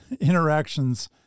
interactions